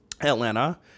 Atlanta